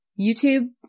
YouTube